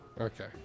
Okay